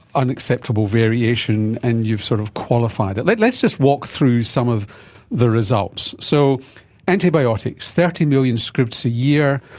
unacceptable variation, and you've sort of qualified it. let's just walk through some of the results. so antibiotics, thirty million scripts a year.